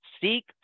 Seek